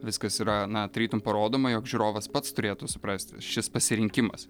viskas yra na tarytum parodoma jog žiūrovas pats turėtų suprasti šis pasirinkimas